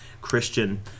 Christian